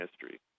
history